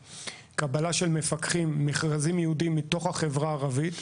לקבלה של מפקחים במסגרת מכרזים ייעודיים מתוך החברה הערבית.